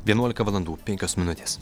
vienuolika valandų penkios minutės